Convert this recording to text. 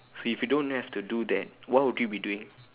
so if you don't have to do that what would you be doing